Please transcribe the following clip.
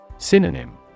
Synonym